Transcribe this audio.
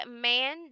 man